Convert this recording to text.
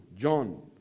John